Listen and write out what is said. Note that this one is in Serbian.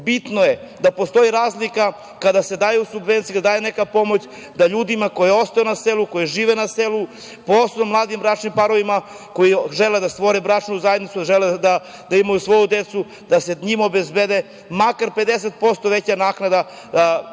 Bitno je da postoji razlika kada se daju subvencije, kada se daje neka pomoć, da ljudima koji ostanu na selu, koji žive na selu, posebno mladim bračnim parovima koji žele da stvore bračnu zajednicu, koji žele da imaju svoju decu, da se njima obezbedi makar 50% veća naknada